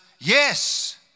yes